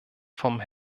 von